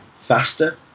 faster